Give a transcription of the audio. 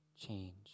change